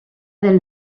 del